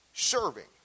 serving